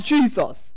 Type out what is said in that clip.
Jesus